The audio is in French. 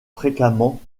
fréquemment